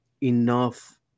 enough